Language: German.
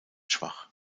schwach